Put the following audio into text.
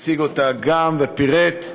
הציג ופירט.